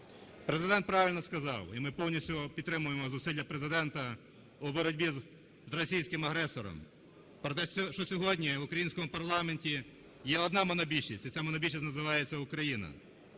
Президент правильно сказав, і ми повністю підтримуємо зусилля Президента у боротьбі з російськими агресором, про те, що сьогодні в українському парламенті є одна монобільшість, і ця монобільшість називається "Україна".